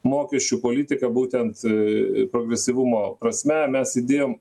mokesčių politika būtent progresyvumo prasme mes įdėjom